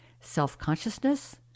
self-consciousness